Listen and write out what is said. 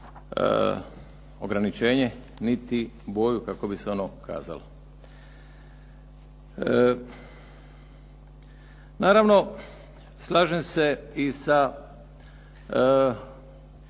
ograničenje niti boju kako bi se ono kazalo. Naravno, slažem se i sa